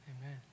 Amen